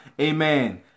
amen